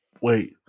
Wait